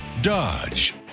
Dodge